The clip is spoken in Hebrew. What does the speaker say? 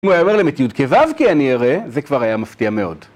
אם הוא היה אומר להם את ה' אני אראה, זה כבר היה מפתיע מאוד.